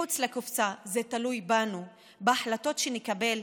זה תלוי בנו, בהחלטות שנקבל,